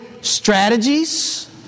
strategies